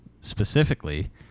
specifically